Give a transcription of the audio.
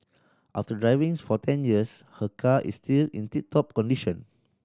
after driving for ten years her car is still in tip top condition